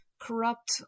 corrupt